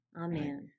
Amen